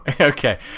Okay